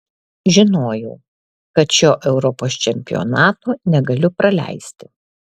žinojau kad šio europos čempionato negaliu praleisti